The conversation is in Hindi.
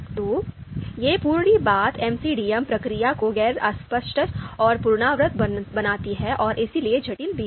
तो यह पूरी बात एमसीडीएम प्रक्रिया को गैर अस्पष्ट और पुनरावृत्त बनाती है और इसलिए जटिल भी है